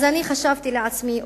אז אני חשבתי לעצמי,